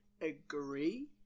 agree